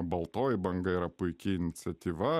baltoji banga yra puiki iniciatyva